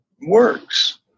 works